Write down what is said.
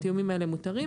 התיאומים האלה מותרים,